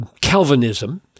Calvinism